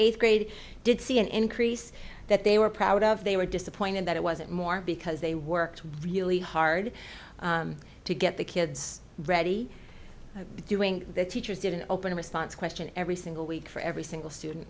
eighth grade did see an increase that they were proud of they were disappointed that it wasn't more because they worked really hard to get the kids ready doing their teachers didn't open response question every single week for every single student